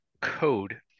code